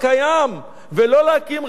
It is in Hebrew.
כי ספק אם יהיה לנו את מי להציל פה.